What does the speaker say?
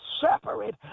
separate